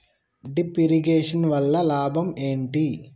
Drip irrigation వల్ల లాభం ఏంటి?